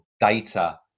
data